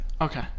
Okay